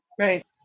right